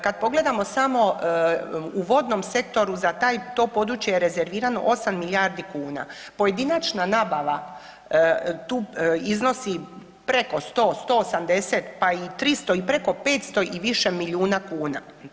Kad pogledamo samo u vodnom sektoru za to područje je rezervirano 8 milijardi kuna, pojedinačna nabava tu iznosi preko 100, 180 pa i 300 i preko 500 i više milijuna kuna.